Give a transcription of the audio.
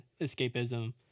escapism